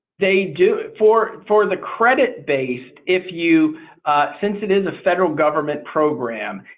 they do it for. for the credit based if you since it is a federal government program.